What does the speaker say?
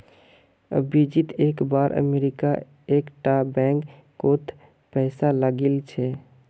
अभिजीत एक बार अमरीका एक टा बैंक कोत पैसा लगाइल छे